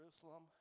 Jerusalem